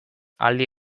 aldi